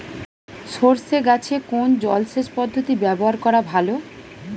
সরষে গাছে কোন জলসেচ পদ্ধতি ব্যবহার করা ভালো?